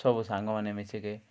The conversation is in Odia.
ସବୁ ସାଙ୍ଗମାନେ ମିଶିକି